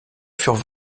furent